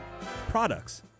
products